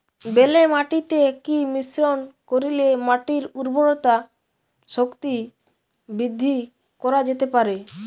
বেলে মাটিতে কি মিশ্রণ করিলে মাটির উর্বরতা শক্তি বৃদ্ধি করা যেতে পারে?